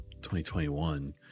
2021